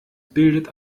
bildet